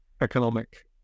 economic